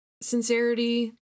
sincerity